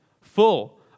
full